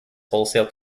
wholesale